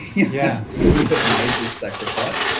yeah yeah you have made this sacrifice.